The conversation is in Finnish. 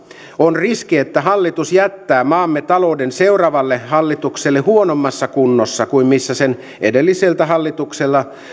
on riski että hallitus jättää maamme talouden seuraavalle hallitukselle huonommassa kunnossa kuin missä sen edelliseltä